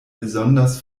besonders